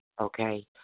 okay